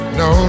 no